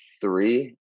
three